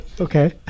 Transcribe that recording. Okay